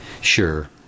Sure